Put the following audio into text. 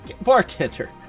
bartender